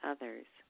Others